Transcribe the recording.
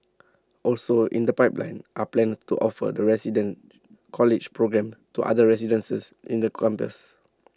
also in the pipeline are plans to offer the resident college programmes to other residences in the campus